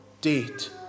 date